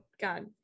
God